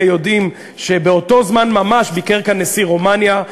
יודעים שבאותו זמן ממש ביקר כאן נשיא רומניה.